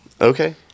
Okay